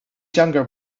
younger